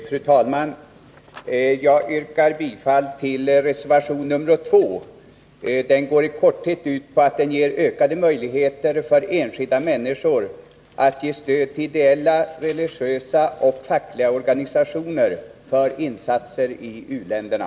Fru talman! Jag yrkar bifall till reservation nr 2. Den går i korthet ut på att ge enskilda människor ökade möjligheter att lämna stöd till ideella, religiösa och fackliga organisationer för insatser i u-länderna.